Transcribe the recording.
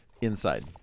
inside